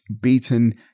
beaten